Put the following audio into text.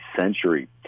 century